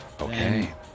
Okay